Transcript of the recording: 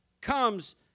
comes